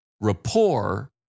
rapport